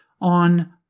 on